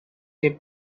they